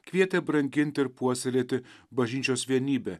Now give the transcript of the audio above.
kvietė branginti ir puoselėti bažnyčios vienybę